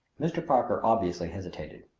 mr. parker obviously hesitated.